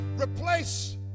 replace